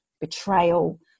betrayal